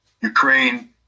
Ukraine